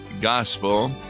gospel